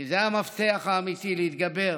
כי זה המפתח האמיתי להתגבר